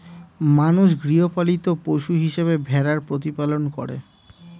মানুষ গৃহপালিত পশু হিসেবে ভেড়ার প্রতিপালন করে